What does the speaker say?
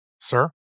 Sir